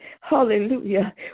Hallelujah